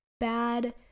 bad